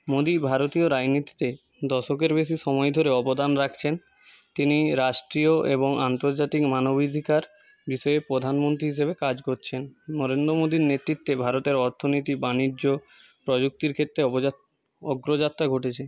মোদী ভারতীয় রাজনীতিতে দশকের বেশি সময় ধরে অবদান রাখছেন তিনি রাষ্ট্রীয় এবং আন্তর্জাতিক মানবধিকার বিষয়ে প্রধানমন্ত্রী হিসেবে কাজ করছেন নরেন্দ্র মোদীর নেতৃত্বে নেতৃত্বেভারতের অর্থনীতি বাণিজ্য প্রযুক্তির ক্ষেত্রে অগ্রযাত্রা ঘটেছে